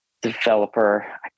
developer